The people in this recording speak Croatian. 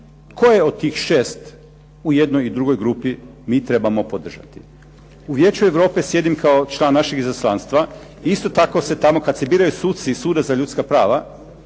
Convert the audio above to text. je od tih šest u jednoj i drugoj grupi mi trebamo podržati. U Vijeću Europe sjedim kao član našeg izaslanstva i isto tako se tamo, kad se biraju suci iz Suda za ljudska prava,